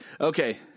Okay